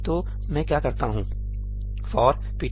तो मैं क्या कहता हूं'forptr head ptr